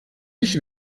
ich